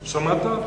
שמעת?